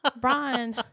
Brian